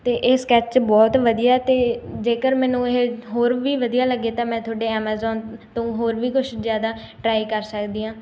ਅਤੇ ਇਹ ਸਕੈਚ ਬਹੁਤ ਵਧੀਆ ਅਤੇ ਜੇਕਰ ਮੈਨੂੰ ਇਹ ਹੋਰ ਵੀ ਵਧੀਆ ਲੱਗੇ ਤਾਂ ਮੈਂ ਤੁਹਾਡੇ ਐਮਾਜ਼ੋਨ ਤੋਂ ਹੋਰ ਵੀ ਕੁਛ ਜ਼ਿਆਦਾ ਟਰਾਈ ਕਰ ਸਕਦੀ ਹਾਂ